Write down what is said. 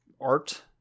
art